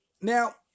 Now